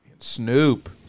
snoop